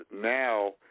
now